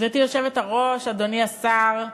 גברתי היושבת-ראש, אדוני השר,